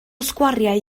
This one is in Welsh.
sgwariau